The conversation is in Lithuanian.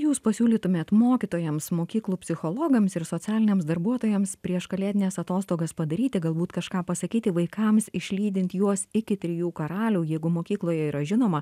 jūs pasiūlytumėt mokytojams mokyklų psichologams ir socialiniams darbuotojams prieš kalėdines atostogas padaryti galbūt kažką pasakyti vaikams išlydint juos iki trijų karalių jeigu mokykloje yra žinoma